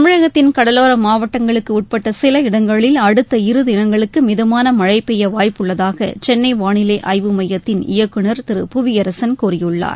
தமிழகத்தின் கடலோர மாவட்டங்களுக்கு உட்பட்ட சில இடங்களில் அடுத்த இரு திளங்களுக்கு மிதமான மழை பெய்ய வாய்ப்புள்ளதாக சென்னை வானிலை ஆய்வு மையத்தின் இயக்குனர் திரு புவியரசன் கூறியுள்ளார்